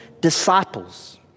disciples